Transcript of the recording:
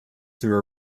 through